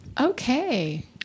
Okay